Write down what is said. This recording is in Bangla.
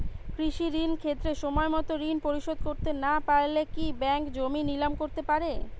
কৃষিঋণের ক্ষেত্রে সময়মত ঋণ পরিশোধ করতে না পারলে কি ব্যাঙ্ক জমি নিলাম করতে পারে?